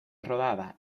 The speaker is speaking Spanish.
rodada